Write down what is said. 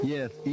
Yes